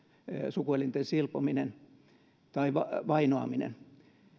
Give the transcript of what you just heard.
sukuelinten silpominen tai vainoaminen